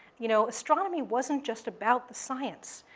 you know, astronomy wasn't just about the science.